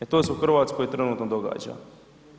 E to se u Hrvatskoj trenutno događa.